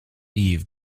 eve